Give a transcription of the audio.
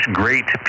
great